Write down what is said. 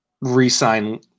re-sign